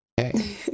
Okay